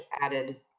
added